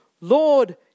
Lord